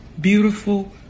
beautiful